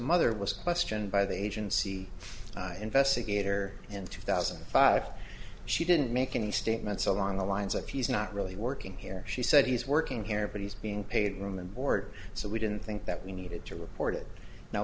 mother was questioned by the agency investigator in two thousand and five she didn't make any statements along the lines of he's not really working here she said he's working here but he's being paid room and board so we didn't think that we needed to report it no